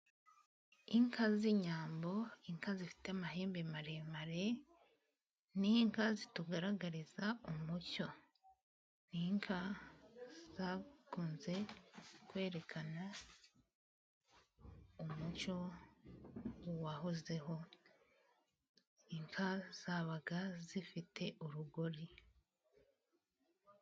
Inka z'inyambo inka zifite amahembe maremare, ni inka zitugaragariza umucyo n'inka zakunze kwerekana umucyo wahozeho inka zabaga zifite urugori.